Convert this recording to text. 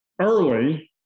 early